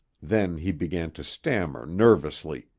then he began to stammer nervously.